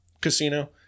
casino